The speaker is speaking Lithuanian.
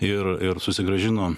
ir ir susigrąžino